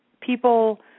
People